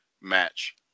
match